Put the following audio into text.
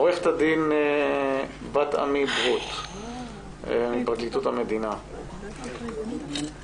עורכת הדין בת-עמי ברוט מפרקליטות המדינה, איתנו?